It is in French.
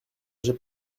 j’ai